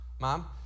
Mom